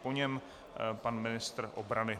Po něm pan ministr obrany.